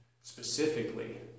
specifically